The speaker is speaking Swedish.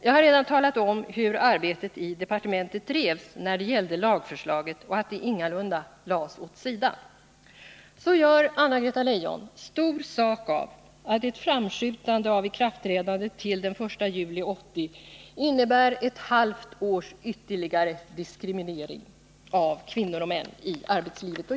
Jag har redan talat om hur arbetet i departementet drevs när det gällde lagförslaget och att det ingalunda lades åt sidan. Så gör Anna-Greta Leijon stor sak av att ett framskjutande av ikraftträdandet till den 1 juli 1980 innebär ett halvt års ytterligare diskriminering av kvinnor och män i arbetslivet.